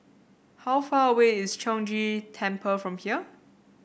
how far away is Chong Ghee Temple from here